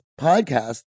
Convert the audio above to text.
podcast